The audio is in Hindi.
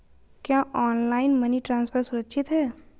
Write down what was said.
क्या ऑनलाइन मनी ट्रांसफर सुरक्षित है?